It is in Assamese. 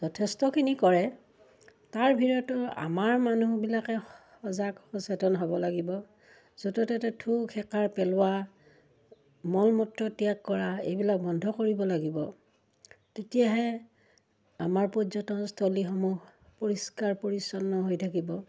যথেষ্টখিনি কৰে তাৰ ভিতৰতো আমাৰ মানুহবিলাকে সজাগ সচেতন হ'ব লাগিব য'ত' ত'তে থু খেকাৰ পেলোৱা মল মূত্ৰ ত্যাগ কৰা এইবিলাক বন্ধ কৰিব লাগিব তেতিয়াহে আমাৰ পৰ্যটনস্থলীসমূহ পৰিষ্কাৰ পৰিচ্ছন্ন হৈ থাকিব